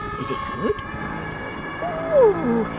is it good oh!